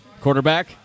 Quarterback